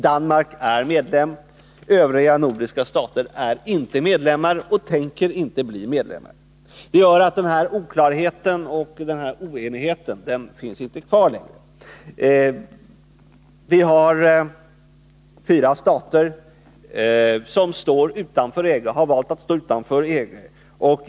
Danmark är medlem, övriga nordiska stater är inte medlemmar och tänker inte bli medlemmar. Det gör att denna oklarhet och denna oenighet inte längre finns kvar. Fyra stater har valt att stå utanför EG.